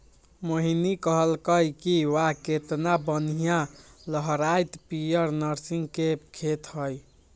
मोहिनी कहलकई कि वाह केतना बनिहा लहराईत पीयर नर्गिस के खेत हई